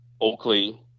Oakley